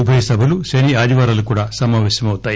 ఉభయ సభలు శని ఆదివారాలు కూడా సమాపేశమౌతాయి